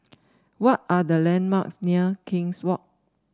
what are the landmarks near King's Walk